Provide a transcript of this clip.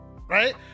right